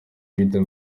guhita